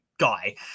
guy